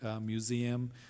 Museum